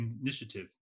Initiative